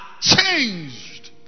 changed